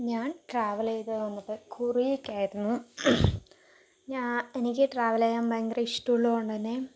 ഞാൻ ട്രാവല് ചെയ്ത് വന്നത് കൊറിയക്കായിരുന്നു ഞാൻ എനിക്ക് ട്രാവല് ചെയ്യാൻ ഭയങ്കര ഇഷ്ടട്ടമുള്ളത് കൊണ്ട് തന്നെ